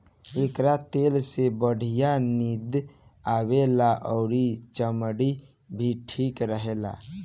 एकर तेल से बढ़िया नींद आवेला अउरी चमड़ी भी ठीक रहेला